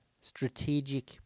strategic